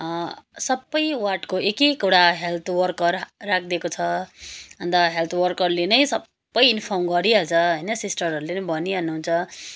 सबै वार्डको एक एकवटा हेल्थ वर्कर राखिदिएको छ अन्त हेल्थ वर्करले नै सबै इन्फर्म गरिहाल्छ होइन सिस्टरहरूले पनि भनिहाल्नुहुन्छ